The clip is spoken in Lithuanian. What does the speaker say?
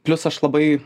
plius aš labai